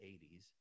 80s